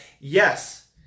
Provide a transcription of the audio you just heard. Yes